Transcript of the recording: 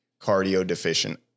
cardio-deficient